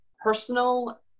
personal